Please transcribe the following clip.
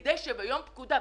כדי שביום פקודה,